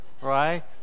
right